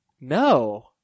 No